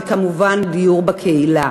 וכמובן דיור בקהילה,